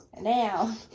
now